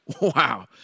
Wow